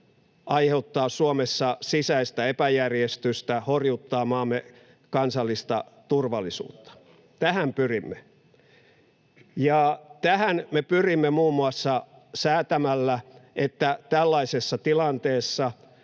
aiheuttaa Suomessa sisäistä epäjärjestystä, horjuttaa maamme kansallista turvallisuutta. Tähän pyrimme. Tähän me pyrimme muun muassa säätämällä, että tällaisessa tilanteessa,